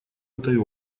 этой